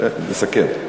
לסכם.